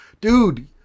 Dude